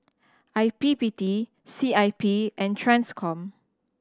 I P P T C I P and Transcom